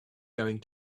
going